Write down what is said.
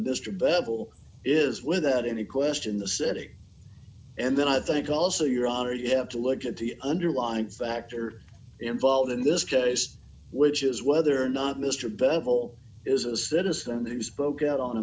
bevil is without any question the city and then i think also your honor you have to look at the underlying factor involved in this case which is whether or not mr bevil is a citizen who spoke out on a